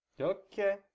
Okay